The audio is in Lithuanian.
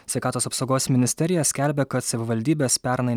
sveikatos apsaugos ministerija skelbia kad savivaldybės pernai